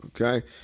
Okay